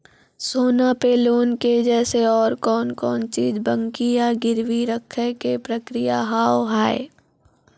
सोना पे लोन के जैसे और कौन कौन चीज बंकी या गिरवी रखे के प्रक्रिया हाव हाय?